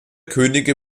könige